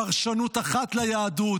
פרשנות אחת ליהדות,